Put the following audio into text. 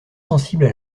sensible